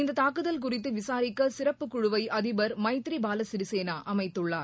இந்த தாக்குதல் குறித்து விசாரிக்க சிறப்புக்குழுவை அதிபர் மைத்ரிபால சிநிசேனா அமைத்துள்ளார்